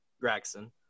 Gregson